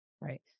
Right